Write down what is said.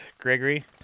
Gregory